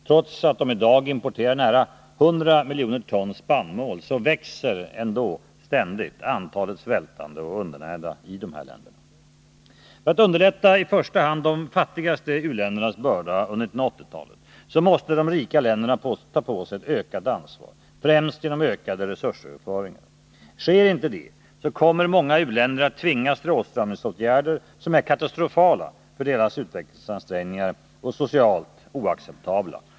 Trots att de i dag importerar nära 100 miljoner ton spannmål växer ständigt antalet svältande och undernärda. För att underlätta i första hand de fattigaste u-ländernas börda under 1980-talet måste de rika länderna ta på sig ökat ansvar, främst genom ökade resursöverföringar. Sker inte detta, kommer många u-länder att tvingas till åtstramningsåtgärder som är katastrofala för deras utvecklingsansträngningar och socialt oacceptabla.